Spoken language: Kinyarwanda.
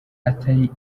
atari